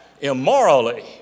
immorally